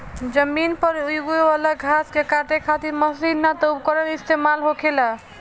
जमीन पर यूगे वाला घास के काटे खातिर मशीन ना त उपकरण इस्तेमाल होखेला